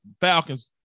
Falcons